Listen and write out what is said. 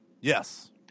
Yes